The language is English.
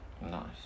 Nice